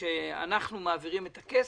אנחנו מעבירים את הכסף,